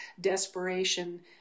desperation